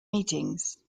meetings